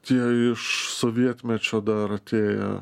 tie iš sovietmečio dar atėję